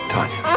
Tanya